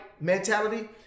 mentality